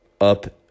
up